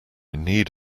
need